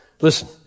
Listen